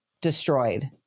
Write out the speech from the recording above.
destroyed